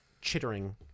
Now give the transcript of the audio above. chittering